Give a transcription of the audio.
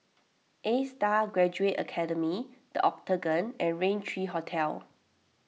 A Star Graduate Academy the Octagon and Raintr thirty three Hotel